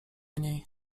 niej